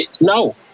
No